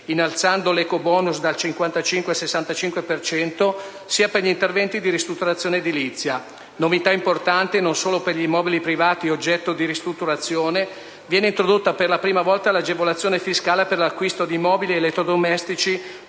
innalzando l'ecobonus dal 55 al 65 per cento, sia per gli interventi di ristrutturazione edilizia. Novità importante, non solo per gli immobili privati oggetto di ristrutturazione, viene introdotta per la prima volta l'agevolazione fiscale per l'acquisto di mobili ed elettrodomestici